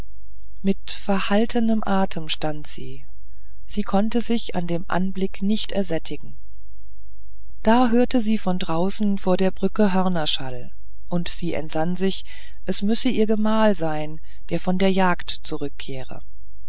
mit verhaltenem atem stand sie sie konnte sich an dem anblick nicht ersättigen da hörte sie von draußen vor der brücke hörnerschall und sie entsann sich es müsse ihr gemahl sein der von der jagd zurückkehrte